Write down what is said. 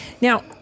Now